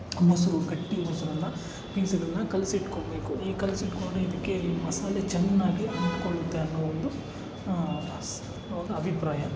ಮೊಸರು ಗಟ್ಟಿ ಮೊಸರನ್ನ ಪೀಸ್ಗಳನ್ನ ಕಲಸಿಟ್ಕೋಬೇಕು ಈ ಕಲ್ಸಿಟ್ಕೊಂಡು ಇದಕ್ಕೆ ಮಸಾಲೆ ಚೆನ್ನಾಗಿ ಅಂಟಿಕೊಳ್ಳುತ್ತೆ ಅನ್ನೋ ಒಂದು ಅಭಿಪ್ರಾಯ